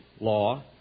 law